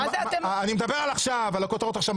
אני מדבר על עכשיו, על הכותרות עכשיו.